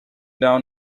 down